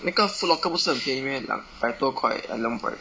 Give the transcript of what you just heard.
那个 FootLocker 不是很便宜 meh 两百多块 ah 两百